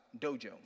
dojo